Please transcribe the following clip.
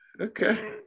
okay